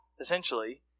essentially